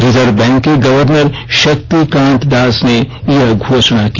reserve bank के governor Shaktikanta Das ने यह घोषणा की